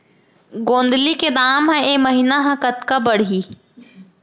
गोंदली के दाम ह ऐ महीना ह कतका बढ़ही?